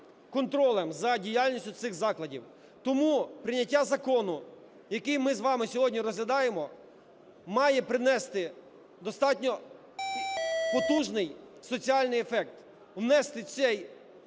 контролем за діяльністю цих закладів. Тому прийняття закону, який ми з вами сьогодні розглядаємо, має принести достатньо потужний соціальний ефект, внести цей